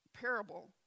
parable